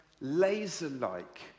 laser-like